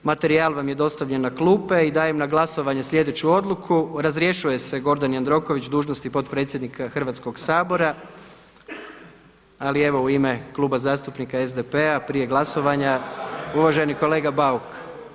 Materijal vam je dostavljen na klupe i dajem na glasovanje sljedeću odluku: „Razrješuje se Gordan Jandroković dužnosti potpredsjednika Hrvatskog sabora“, ali evo u ime Kluba zastupnika SDP-a prije glasovanja uvaženi kolega Bauk.